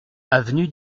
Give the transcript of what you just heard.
avenue